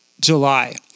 July